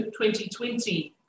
2020